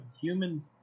human